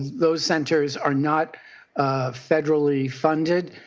those centers are not federally funded.